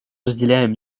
разделяем